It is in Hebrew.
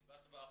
דיברת באחוזים,